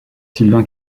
sylvain